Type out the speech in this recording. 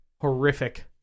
horrific